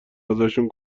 ازشون